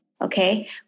okay